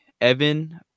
Evan